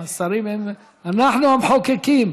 שרים, אין, אנחנו המחוקקים,